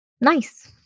nice